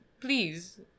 Please